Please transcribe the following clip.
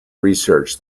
research